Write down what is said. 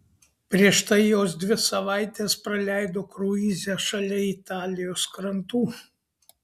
prieš tai jos dvi savaites praleido kruize šalia italijos krantų